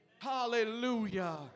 Hallelujah